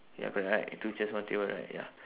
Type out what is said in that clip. ya correct right two chairs one table right ya